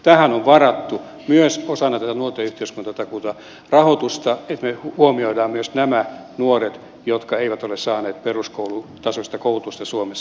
tähän on varattu myös osana tätä nuorten yhteiskuntatakuuta rahoitusta että me huomioimme myös nämä nuoret jotka eivät ole saaneet peruskoulutasoista koulutusta suomessa